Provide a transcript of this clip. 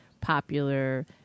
popular